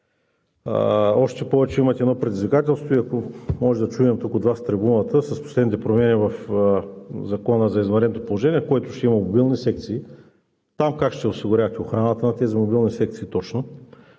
Още повече, имате едно предизвикателство и ако можем да чуем от Вас – от трибуната, с последните промени в Закона за извънредното положение, в който ще има мобилни секции. Как ще осигурявате охраната на тези мобилни секции точно?